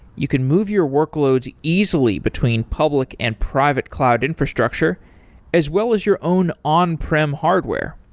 you can move your workloads easily between public and private cloud infrastructure as well as your own on-prim hardware.